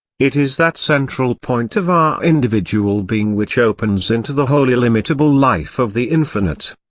it is that central point of our individual being which opens into the whole illimitable life of the infinite.